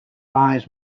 lies